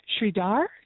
Sridhar